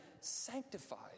sanctified